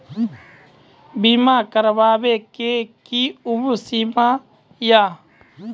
बीमा करबे के कि उम्र सीमा या?